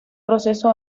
proceso